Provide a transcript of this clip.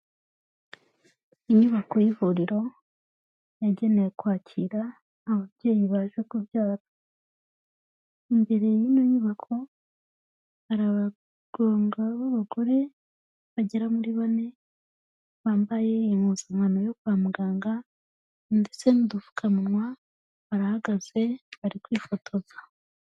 Inyubako y'ivuriro, yagenewe kwakira ababyeyi baje kubyara. Imbere y'ino nyubako ,hari abaganga b'abagore bagera muri bane, bambaye impuzankano yo kwa muganga ,ndetse n'udupfukamunwa,, barahagaze, bari kwifotoza.